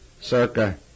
circa